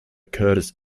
curtis